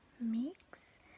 mix